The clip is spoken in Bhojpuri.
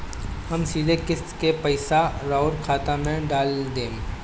हम सीधे किस्त के पइसा राउर खाता में डाल देम?